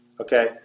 Okay